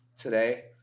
today